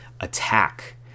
attack